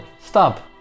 stop